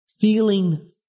feeling